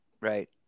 right